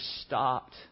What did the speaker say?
stopped